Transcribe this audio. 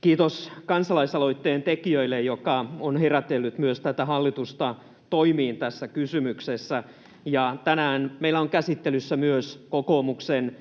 Kiitos kansalaisaloitteen tekijöille, tämä on herätellyt myös tätä hallitusta toimiin tässä kysymyksessä. Ja tänään meillä on käsittelyssä myös kokoomuksen